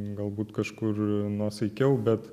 galbūt kažkur nuosaikiau bet